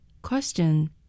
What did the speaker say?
Question